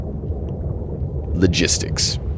Logistics